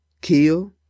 kill